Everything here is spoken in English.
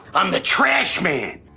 i'm the trash man.